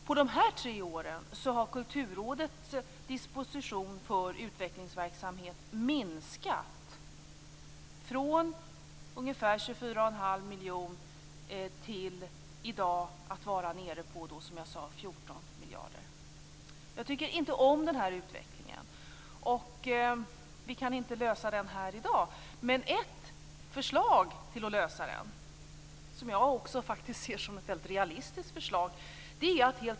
På dessa tre år har Kulturrådets disposition för utvecklingsverksamhet minskat från ungefär 24 1⁄2 miljoner till 14 miljoner i dag, som jag sade. Jag tycker inte om den här utvecklingen.